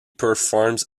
performs